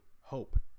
hope